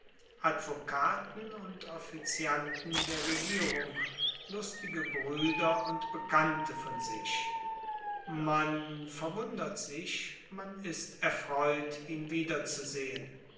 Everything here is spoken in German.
advokaten und offizianten der regierung lustige brüder und bekannte von sich man verwundert sich man ist erfreut ihn wiederzusehen